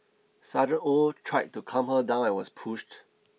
Sergeant Oh tried to calm her down and was pushed